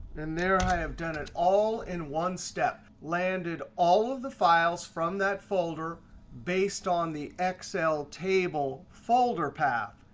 and there, i have done it all in one step, landed all of the files from that folder based on the excel table folder path.